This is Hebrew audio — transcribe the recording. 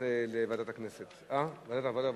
לוועדת העבודה,